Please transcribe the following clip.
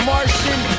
Martian